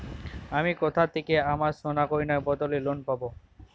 আমি কোথা থেকে আমার সোনার গয়নার বদলে লোন পাবো?